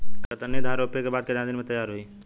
कतरनी धान रोपे के बाद कितना दिन में तैयार होई?